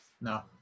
No